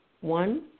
One